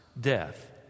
death